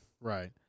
Right